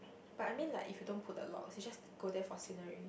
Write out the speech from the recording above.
but I mean like if you don't put the locks you just go there for scenery